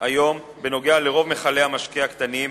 היום בנוגע לרוב מכלי המשקה הקטנים,